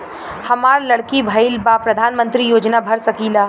हमार लड़की भईल बा प्रधानमंत्री योजना भर सकीला?